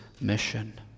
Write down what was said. mission